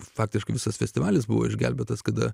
faktiškai visas festivalis buvo išgelbėtas kada